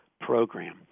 program